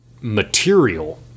material